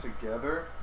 together